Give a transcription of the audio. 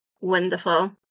Wonderful